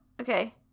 okay